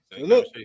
look